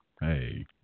hey